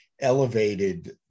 elevated